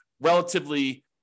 relatively